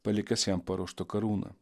palikęs jam paruoštą karūną